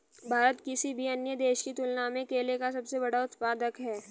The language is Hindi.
भारत किसी भी अन्य देश की तुलना में केले का सबसे बड़ा उत्पादक है